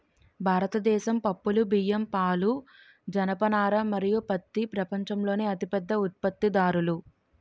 భారతదేశం పప్పులు, బియ్యం, పాలు, జనపనార మరియు పత్తి ప్రపంచంలోనే అతిపెద్ద ఉత్పత్తిదారులు